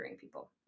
people